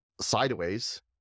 sideways